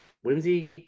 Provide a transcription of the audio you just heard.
Whimsy